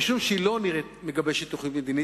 אבל משום שהיא לא נראית מגבשת תוכנית מדינית,